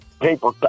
paper